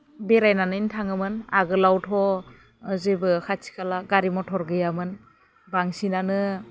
बेरायनानैनो थाङोमोन आगोलावथ' जेबो खाथि खाला गारि मथर गैयामोन बांसिनानो